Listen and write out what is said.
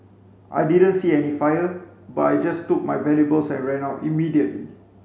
I didn't see any fire but I just took my valuables and ran out immediately